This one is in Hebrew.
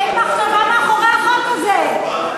אין מחשבה מאחורי החוק הזה.